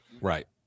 right